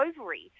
ovary